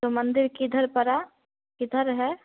तो मंदिर किधर पड़ा किधर है